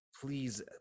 please